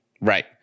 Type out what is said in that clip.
Right